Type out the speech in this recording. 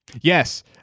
Yes